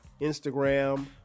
Instagram